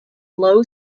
low